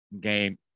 game